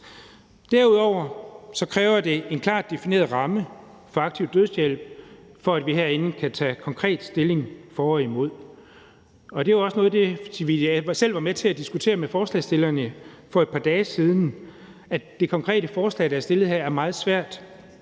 Derudover kræver det en klart defineret ramme for aktiv dødshjælp, for at vi herinde kan tage konkret stilling for og imod. Det er også noget af det, jeg selv var med til at diskutere med stillerne af borgerforslaget for et par dage siden, altså at det konkrete forslag, der er fremsat her, er meget svært